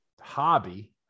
hobby